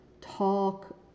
talk